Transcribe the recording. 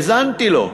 האזנתי לו.